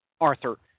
Arthur